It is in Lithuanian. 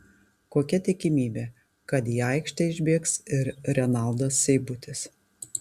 kokia tikimybė kad į aikštę išbėgs ir renaldas seibutis